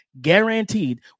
guaranteed